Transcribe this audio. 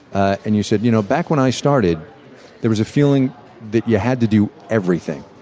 and you said, you know, back when i started there was a feeling that you had to do everything.